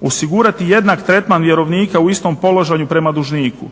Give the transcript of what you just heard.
osigurati jednak tretman vjerovnika u istom položaju prema dužniku.